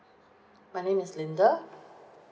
my name is linda